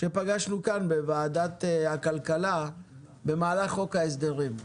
שפגשנו כאן בוועדת הכלכלה במהלך הדיונים על חוק ההסדרים.